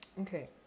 Okay